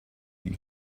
you